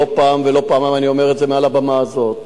לא פעם ולא פעמיים אני אומר את זה מעל הבמה הזאת: